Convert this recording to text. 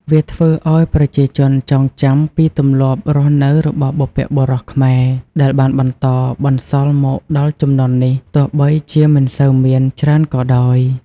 វាធ្វើឱ្យប្រជាជនចងចាំពីទម្លាប់រស់នៅរបស់បុព្វបុរសខ្មែរ ដែលបានបន្តបន្សល់មកដល់ជំនាន់នេះ ទោះបីជាមិនសូវមានច្រើនក៏ដោយ។